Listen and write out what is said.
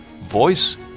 voice